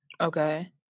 okay